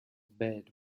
bed